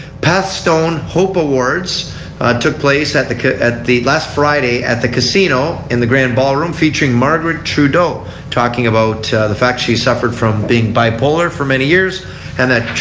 path stone hope awards took place at the at the last friday at the casino in the grand ballroom featuring margaret trudeau talking about the fact she suffered from being bipolar for many years and that